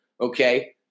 okay